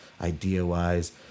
idea-wise